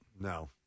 No